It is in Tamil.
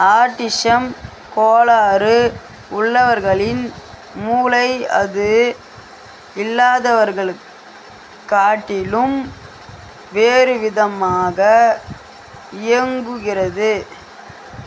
ஆட்டிசம் கோளாறு உள்ளவர்களின் மூளை அது இல்லாதவர்களைக் காட்டிலும் வேறு விதமாக இயங்குகிறது